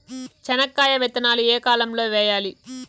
చెనక్కాయ విత్తనాలు ఏ కాలం లో వేయాలి?